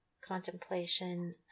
contemplation